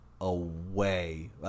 away